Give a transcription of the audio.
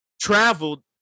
traveled